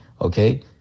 Okay